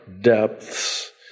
depths